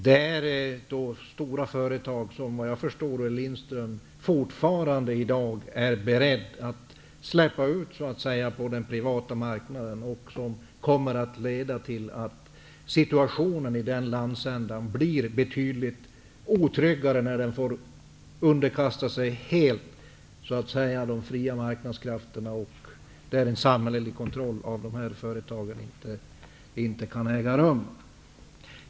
Det är stora företag som, vad jag förstår, Olle Lindström fortfarande i dag är beredd att så att säga släppa ut på den privata marknaden. Situationen i den landsändan blir betydligt otryggare, när den helt får underkasta sig de fria marknadskrafterna och företagen inte längre står under samhällelig kontroll.